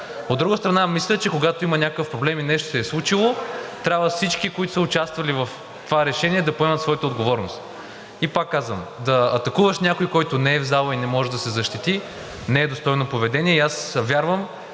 От друга страна, мисля, че когато има някакъв проблем и нещо се е случило, трябва всички, които са участвали в това решение, да поемат своята отговорност. И пак казвам: да атакуваш някой, който не е в залата и не може да се защити, не е достойно поведение и аз вярвам,